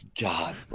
god